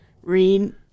read